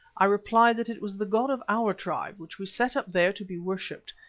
i replied that it was the god of our tribe, which we set up there to be worshipped,